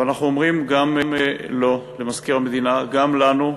אבל אנחנו אומרים גם לו, למזכיר המדינה, וגם לנו,